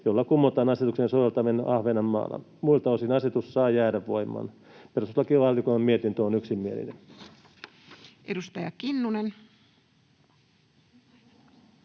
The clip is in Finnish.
jolla kumotaan asetuksen soveltaminen Ahvenanmaalla. Muilta osin asetus saa jäädä voimaan. Perustuslakivaliokunnan mietintö on yksimielinen.